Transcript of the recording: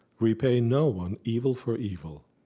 repay no one evil for evil,